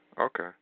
Okay